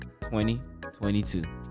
2022